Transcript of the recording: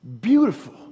beautiful